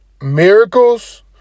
miracles